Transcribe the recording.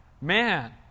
Man